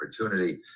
opportunity